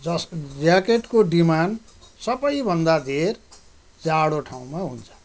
ज्याकेटको डिमान्ड सबैभन्दा धेर जाडो ठाउँमा हुन्छ